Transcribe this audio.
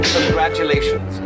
Congratulations